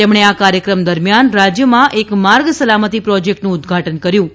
તેમણે આ કાર્યક્રમ દરમિયાન રાજ્યમાં એક માર્ગ સલામતી પ્રોજેક્ટનું ઉદ્વાટન કર્યું હતું